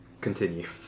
Continue